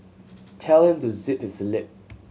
tell him to zip his lip